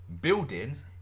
buildings